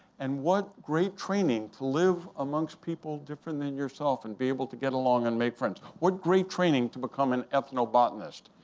and what great training to live amongst people different than yourself and be able to get along and make friends. what great training to become an ethnobotanist!